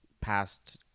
past